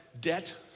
Debt